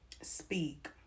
speak